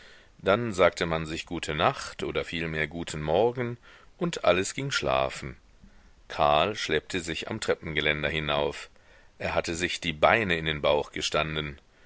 dann sagte man sich gute nacht oder vielmehr guten morgen und alles ging schlafen karl schleppte sich am treppengeländer hinauf er hatte sich die beine in den bauch gestanden